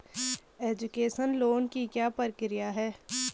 Education loan की क्या प्रक्रिया है?